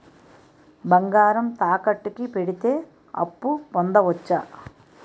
బంగారం తాకట్టు కి పెడితే అప్పు పొందవచ్చ?